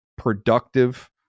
productive